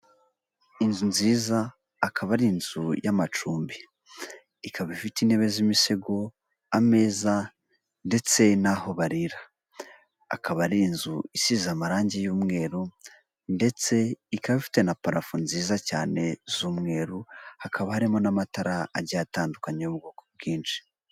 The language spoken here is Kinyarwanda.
Inzu nziza akaba ari inzu y'amacumbi ikaba ifite intebe z'imisego, ameza ndetse n'aho barira, akaba ari inzu isize amarangi y'umweru ndetse ikaba ifite na parafo nziza cyane z'umweru, hakaba harimo n'amatara agera atandukanye y'ubwoko bwinshi.